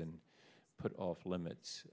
than put off limits